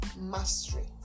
mastery